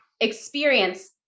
experience